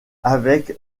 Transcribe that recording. avec